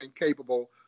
capable